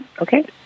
Okay